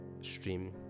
stream